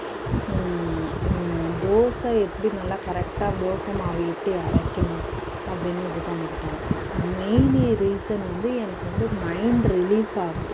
தோசை எப்படி நல்லா கரெக்டாக தோசை மாவு எப்படி அரைக்கணும் அப்படீன்கிறதை கற்றுக்குட்டன் மெயின் ரீசன் வந்து எனக்கு வந்து மைண்ட் ரிலீஃப் ஆகும்